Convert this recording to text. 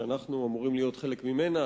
שאנחנו אמורים להיות חלק ממנה,